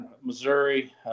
Missouri